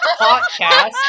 podcast